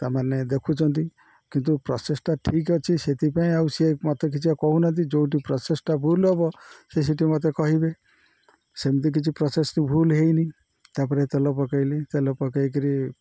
ତା'ମାନେ ଦେଖୁଛନ୍ତି କିନ୍ତୁ ପ୍ରସେସ୍ଟା ଠିକ୍ ଅଛି ସେଥିପାଇଁ ଆଉ ସେ ମୋତେ କିଛି କହୁନାହାନ୍ତି ଯେଉଁଠି ପ୍ରସେସ୍ଟା ଭୁଲ ହବ ସେ ସେଠି ମୋତେ କହିବେ ସେମିତି କିଛି ପ୍ରସେସ୍ଟି ଭୁଲ ହେଇନି ତା'ପରେ ତେଲ ପକାଇଲି ତେଲ ପକାଇକିରି